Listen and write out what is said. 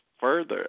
further